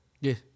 Yes